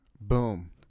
boom